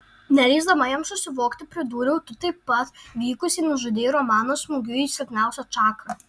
neleisdama jam susivokti pridūriau tu taip vykusiai nužudei romaną smūgiu į silpniausią čakrą